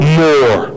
more